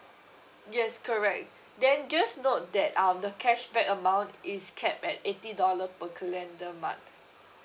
yes correct then just note that um the cashback amount is capped at eighty dollar per calendar month